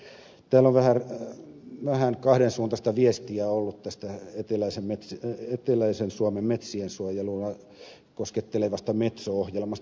täällä on vähän kahdensuuntaista viestiä ollut eteläisen suomen metsien suojelua koskettelevasta metso ohjelmasta